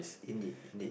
indeed indeed